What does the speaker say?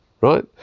right